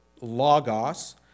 logos